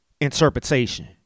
interpretation